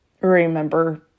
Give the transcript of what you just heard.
remember